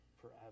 forever